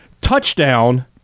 touchdown